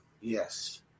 Yes